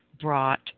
brought